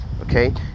okay